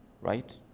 right